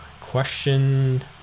Question